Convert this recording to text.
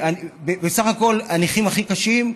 בסך הכול, הנכים הכי קשים,